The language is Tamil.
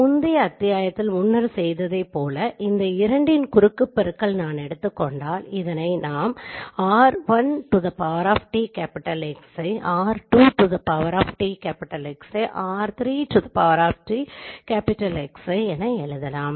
முந்தய அத்தியாயத்தில் முன்னர் செய்ததைப் போல இந்த இரண்டின் குறுக்கு பெருக்கல் நான் எடுத்துக் கொண்டால் இதை நாம் r1T Xi r2T Xi r3T Xi என எழுதலாம்